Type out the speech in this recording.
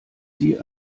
sie